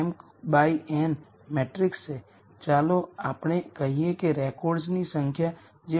તેથી ચાલો હું ફરીથી લખું